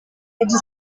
ati